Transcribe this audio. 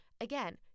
Again